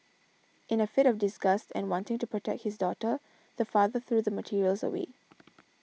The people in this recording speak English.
in a fit of disgust and wanting to protect his daughter the father threw the materials away